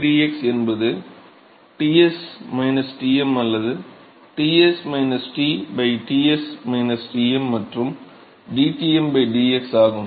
dx என்பது Ts Tm அல்லது Ts T Ts Tm மற்றும் dTm dx ஆகும்